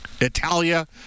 Italia